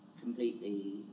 Completely